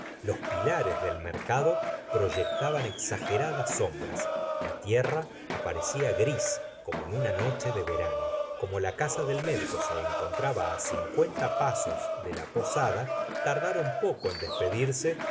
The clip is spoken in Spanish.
los pilares del mercado proyectaban exageradas sombras la tierra aparecía gris como en una noche de verano como la casa del médico se encontraba cincuenta pasos de la posada tardaron poco en despedirse